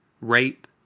rape